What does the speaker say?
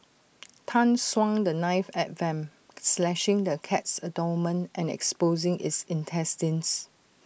Tan swung the knife at Vamp slashing the cat's abdomen and exposing its intestines